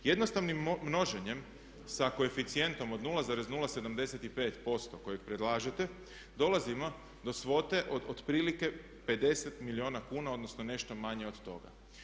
Jednostavnim množenjem sa koeficijentom od 0,075% kojeg predlažete dolazimo do svote od otprilike 50 milijuna kuna odnosno nešto manje od toga.